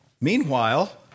Meanwhile